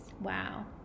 Wow